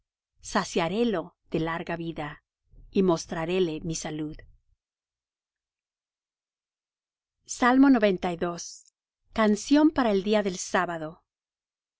saciarélo de larga vida y mostraréle mi salud salmo canción para el día del sábado